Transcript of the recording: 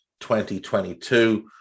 2022